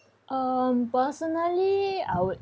um personally I would